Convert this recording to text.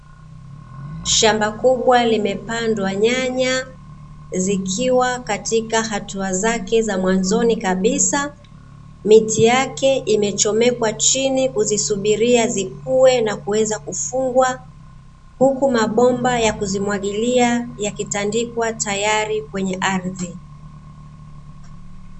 Shamba kubwa limepandwa nyanya, zikiwa katika hatua zake za mwanzoni kabisa. Miti yake imechomekwa chini kuzisubiria zikue na kuweze kufungwa, huku mabomba ya kuzimwagilia yakitandikwa tayari kwenye ardhi.